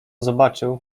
zobaczył